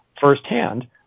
firsthand